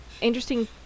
interesting